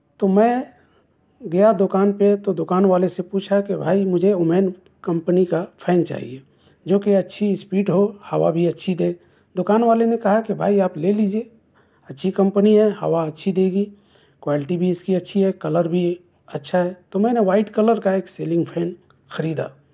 تو میں گیا دکان پہ تو دکان والے سے پوچھا کہ بھائی مجھے اومین کمپنی کا فین چاہیے جو کہ اچھی اسپیڈ ہو ہوا بھی اچھی دے دکان والے نے کہا کہ بھائی آپ لے لیجیے اچھی کمپنی ہے ہوا اچھی دے گی کوالٹی بھی اس کی اچھی ہے کلر بھی اچھا ہے تو میں نے وائٹ کلر کا ایک سیلنگ فین خریدا